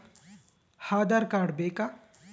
Aadhaar card ಬೇಕಾ?